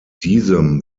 diesem